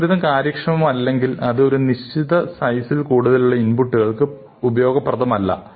algorithm കാര്യക്ഷമമല്ലെങ്കിൽ അത് ഒരു നിശ്ചിത സൈസിൽ കൂടുതലുള്ള ഇൻപുട്ടുകൾക്ക് ഉപയോഗപ്രദമല്ല